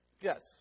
Yes